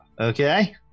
Okay